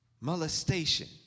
Molestation